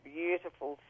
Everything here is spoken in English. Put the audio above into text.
beautiful